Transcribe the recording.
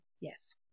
yes